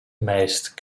meist